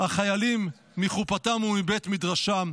החיילים מחופתם ומבית מדרשם.